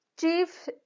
chief